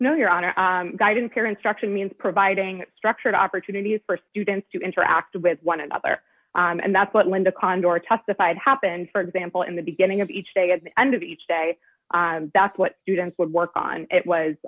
no your honor guy didn't care instruction means providing structured opportunities for students to interact with one another and that's what linda condor testified happened for example in the beginning of each day at the end of each day that's what students would work on it was